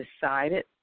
decided